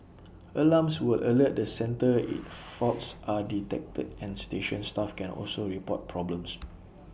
alarms will alert the centre if faults are detected and station staff can also report problems